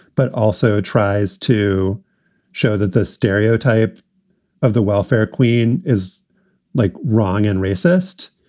but also tries to show that the stereotype of the welfare queen is like wrong and racist.